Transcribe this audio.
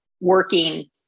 working